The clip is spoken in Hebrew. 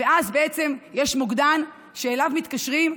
יש מוקדן שאליו מתקשרים,